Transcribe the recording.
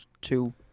two